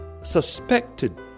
suspected